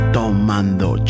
Tomando